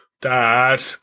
Dad